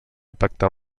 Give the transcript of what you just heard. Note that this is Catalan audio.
pactar